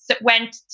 went